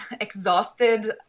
exhausted